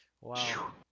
wow